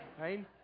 Right